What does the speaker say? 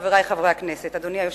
חברי חברי הכנסת, אדוני היושב-ראש,